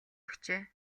өгчээ